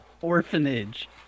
orphanage